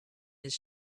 his